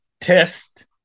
test